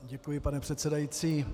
Děkuji, pane předsedající.